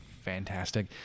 Fantastic